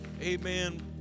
Amen